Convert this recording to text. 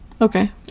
Okay